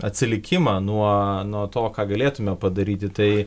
atsilikimą nuo nuo to ką galėtume padaryti tai